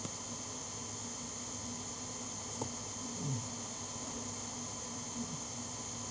mm